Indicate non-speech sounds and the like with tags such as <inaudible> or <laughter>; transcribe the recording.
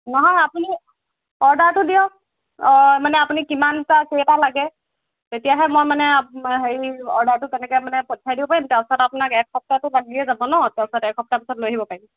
নহয় আপুনি অৰ্ডাৰটো দিয়ক মানে আপুনি কিমানটা কেইটা লাগে তেতিয়াহে মই মানে <unintelligible> হেৰি অৰ্ডাৰটো তেনেকৈ মানে পঠিয়াই দিব পাৰিম তাৰপিছত আপোনাক এক সপ্তাহটো লাগিয়ে যাব ন <unintelligible> এসপ্তাহ পিছত লৈ আহিব পাৰিম